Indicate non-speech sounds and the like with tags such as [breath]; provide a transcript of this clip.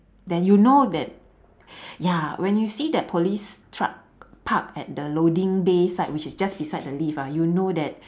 then you know that [breath] ya when you see that police truck park at the loading bay side which is just beside the lift ah you know that